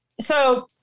So-